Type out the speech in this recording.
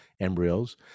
embryos